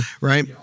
Right